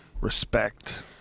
respect